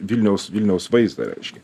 vilniaus vilniaus vaizdą reiškia